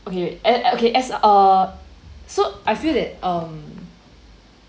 okay at okay as uh so I feel that um